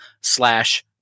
slash